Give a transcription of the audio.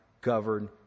Governed